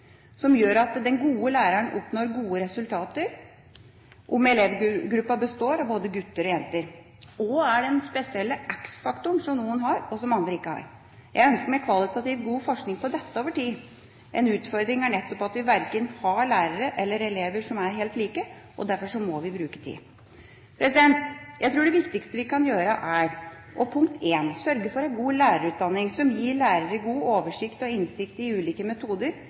som gjør at den gode læreren oppnår gode resultater sjøl om elevgruppa består av både gutter og jenter. Hva er den spesielle X-faktoren som noen har, og som andre ikke har? Jeg ønsker meg kvalitativt god forskning på dette over tid. En utfordring er nettopp at vi verken har lærere eller elever som er helt like. Derfor må vi bruke tid. Jeg tror det viktigste vi kan gjøre, er for det første å sørge for en god lærerutdanning som gir lærere god oversikt over og innsikt i ulike metoder,